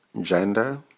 gender